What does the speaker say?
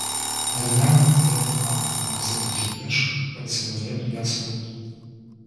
ariana griebė aną luizą už riešų tarsi norėtų ją sulaikyti